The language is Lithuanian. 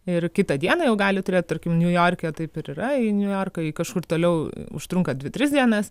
ir kitą dieną jau gali turėt tarkim niujorke taip ir yra į niujorką į kažkur toliau užtrunka dvi tris dienas